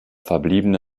verbliebene